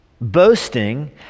boasting